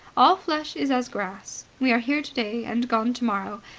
all flesh is as grass. we are here today and gone tomorrow.